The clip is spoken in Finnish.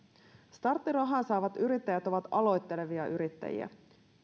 starttirahaa saavat yrittäjät ovat aloittelevia yrittäjiä